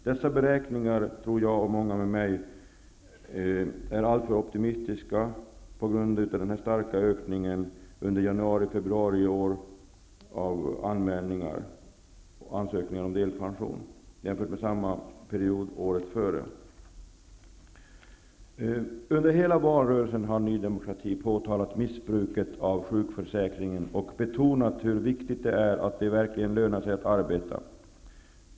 Dessa senare beräkningar tror jag och många med mig är alltför optimistiska på grund av den starka ökningen under januari och februari i år av ansökningar om delpension i förhållande till samma period året innan. Under hela valrörelsen har Ny demokrati påtalat missbruket av sjukförsäkringen och betonat hur viktigt det är att det verkligen lönar sig att arbeta.